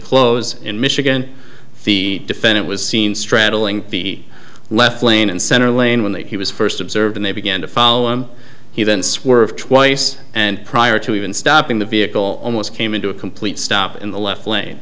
close in mission when the defendant was seen straddling the left lane in center lane when that he was first observed they began to follow him he then swerved twice and prior to even stopping the vehicle almost came into a complete stop in the left lane